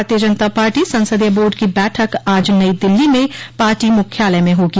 भारतीय जनता पार्टी संसदीय बोर्ड की बैठक आज नई दिल्ली में पार्टी मुख्यालय में होगी